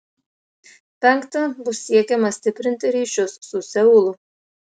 penkta bus siekiama stiprinti ryšius su seulu